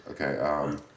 okay